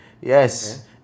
Yes